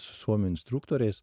su suomių instruktoriais